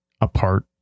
apart